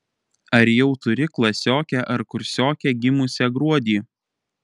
ar jau turi klasiokę ar kursiokę gimusią gruodį